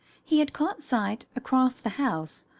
he had caught sight, across the house,